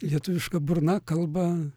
lietuviška burna kalba